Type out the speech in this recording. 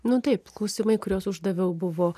nu taip klausimai kuriuos uždaviau buvo